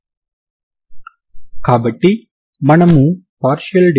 Edt లో ప్రతిక్షేపించడం వల్ల dK